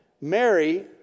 Mary